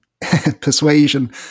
persuasion